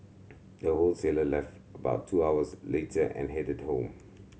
the wholesaler left about two hours later and headed home